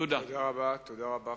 תודה רבה.